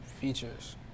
Features